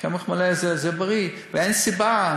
קמח מלא זה בריא ואין סיבה,